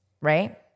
Right